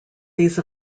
these